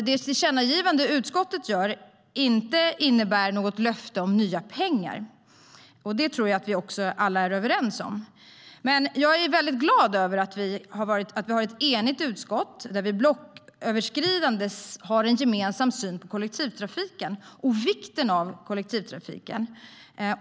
Det tillkännagivande utskottet gör innebär inte något löfte om nya pengar. Det tror jag att vi alla är överens om. Jag är dock väldigt glad över att vi har ett enigt utskott, där vi blocköverskridande har en gemensam syn på kollektivtrafiken och vikten av den.